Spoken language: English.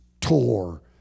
tore